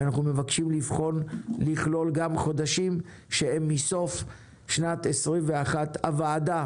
ואנחנו מבקשים לכלול גם חודשים שהם מסוף שנת 21. הוועדה,